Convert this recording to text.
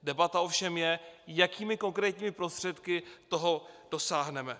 Debata ovšem je, jakými konkrétními prostředky toho dosáhneme.